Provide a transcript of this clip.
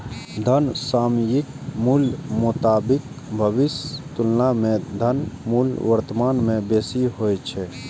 धनक सामयिक मूल्यक मोताबिक भविष्यक तुलना मे धनक मूल्य वर्तमान मे बेसी होइ छै